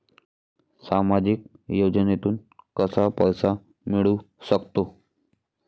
सामाजिक योजनेतून कसा पैसा मिळू सकतो?